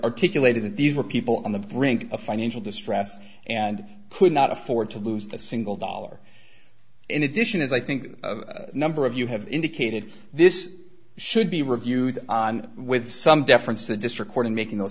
articulated that these were people on the brink of financial distress and could not afford to lose a single dollar in addition as i think number of you have indicated this should be reviewed on with some deference the district court in making those